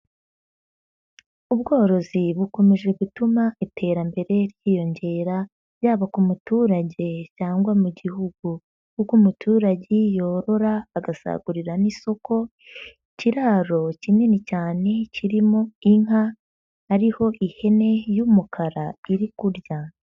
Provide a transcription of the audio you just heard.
Ubworozi bukomeje gutuma iterambere ryiyongera yaba ku muturage cyangwa mu gihugu kuko umuturage yorora agasagurira n'isoko, ikiraro kinini cyane kirimo inka hariho ihene y'umukara iri kurya.